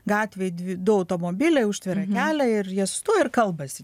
gatvėj dvi du automobiliai užtveria kelią ir jie stovi ir kalbasi